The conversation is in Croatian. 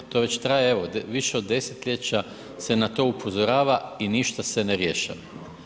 To već traje više od desetljeća se na to upozorava i ništa se ne rješava.